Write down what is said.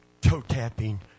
toe-tapping